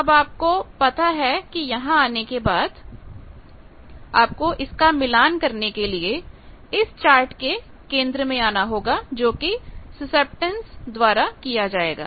अब आपको पता है कि यहां आने के बाद आपको इसका मिलान करने के लिए इस चार्ट के केंद्र में आना होगा जोकि सुसेप्टटेन्स द्वारा किया जाएगा